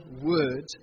word